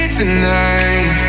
tonight